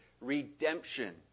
redemption